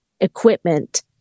equipment